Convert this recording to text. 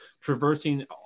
traversing